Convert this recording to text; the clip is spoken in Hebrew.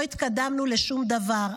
לא התקדמנו לשום דבר.